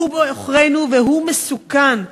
היא בעוכרינו, והיא מסוכנת.